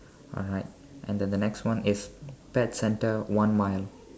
alright and the next one is pet center one mile